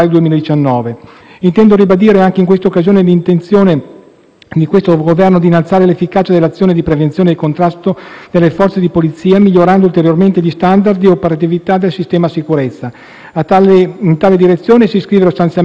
del Governo di innalzare l'efficacia dell'azione di prevenzione e contrasto delle Forze di polizia, migliorando ulteriormente gli *standard* di operatività del sistema sicurezza. In tale direzione si iscrive lo stanziamento di 500 milioni di euro nel disegno di legge di bilancio per l'anno 2019,